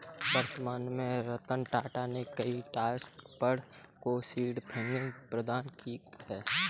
वर्तमान में रतन टाटा ने कई स्टार्टअप को सीड फंडिंग प्रदान की है